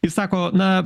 jis sako na